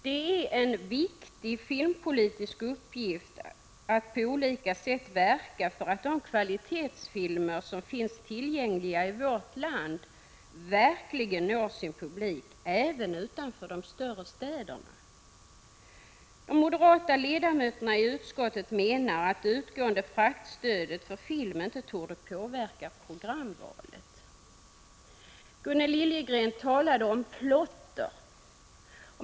Det är en viktig filmpolitisk uppgift att på olika sätt verka för att de kvalitetsfilmer som finns tillgängliga i vårt land verkligen når sin publik även utanför de större städerna. De moderata ledamöterna i utskottet menar att det utgående fraktstödet för film inte torde påverka programvalet. Gunnel Liljegren talade om plotter.